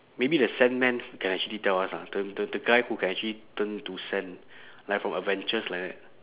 maybe the sandman can actually tell us lah the the the guy who can actually turn to sand like from avengers like that